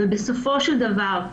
ובסופו של דבר,